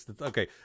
okay